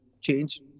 change